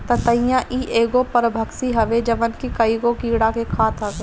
ततैया इ एगो परभक्षी हवे जवन की कईगो कीड़ा के खात हवे